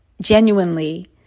genuinely